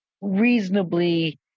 reasonably